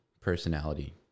personality